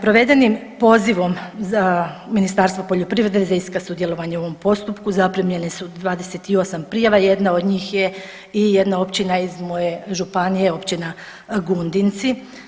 Provedenim pozivom za, Ministarstva poljoprivrede za iskaz sudjelovanja u ovom postupku zaprimljeni su 28 prijava jedna od njih je i jedna općina iz moje županije općina Gundinci.